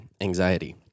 anxiety